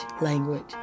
language